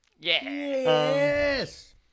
Yes